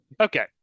Okay